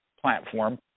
platform